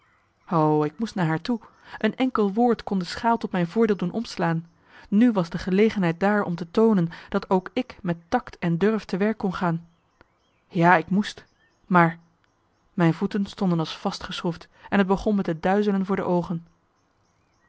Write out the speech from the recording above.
ik moest naar haar toe een enkel woord kon de schaal tot mijn voordeel doen omslaan nu was de gelegenheid daar om te toonen dat ook ik met takt en durf te werk kon gaan ja ik moest maar mijn voeten stonden als vastgeschroefd en het begon me te duizelen voor de oogen